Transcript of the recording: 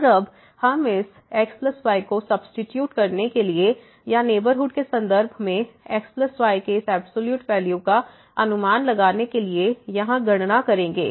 और अब हम इस xy को सब्सीट्यूट करने के लिए या नेबरहुड के संदर्भ में xy के इस एब्सॉल्यूट वैल्यू का अनुमान लगाने के लिए यहां गणना करेंगे